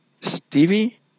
Stevie